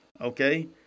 okay